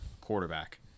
quarterback